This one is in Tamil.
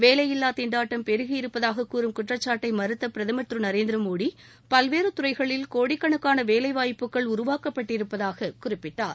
வேலை இல்லா திண்டாட்டம் பெருகி இருப்பதாக கூறும் குற்றச்சாட்டை மறுத்த பிரதமர் திரு நரேந்திர மோடி பல்வேறு துறைகளில் கோடிக்கணக்கான வேலைவாய்ப்புகள் உருவாக்கப்பட்டிருப்பதாக குறிப்பிட்டார்